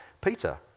Peter